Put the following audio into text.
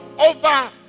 over